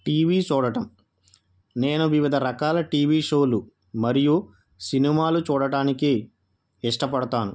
TV చూడటం నేను వివిధ రకాల టీవీ షోలు మరియు సినిమాలు చూడటానికి ఇష్టపడతాను